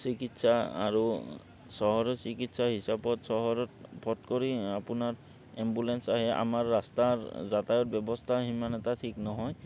চিকিৎসা আৰু চহৰৰ চিকিৎসা হিচাপত চহৰত পট কৰি আপোনাৰ এম্বুলেঞ্চ আহে আমাৰ ৰাস্তাৰ যাতায়ত ব্যৱস্থা সিমান এটা ঠিক নহয়